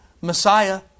Messiah